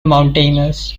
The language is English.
mountainous